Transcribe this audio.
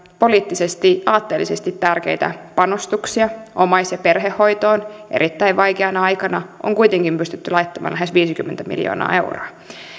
poliittisesti aatteellisesti tärkeitä panostuksia omais ja perhehoitoon erittäin vaikeana aikana on kuitenkin pystytty laittamaan lähes viisikymmentä miljoonaa euroa